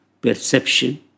perception